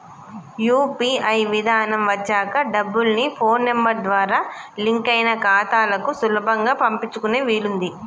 UPI విధానం వచ్చాక డబ్బుల్ని ఫోన్ నెంబర్ ద్వారా లింక్ అయిన ఖాతాలకు సులభంగా పంపించుకునే వీలుంది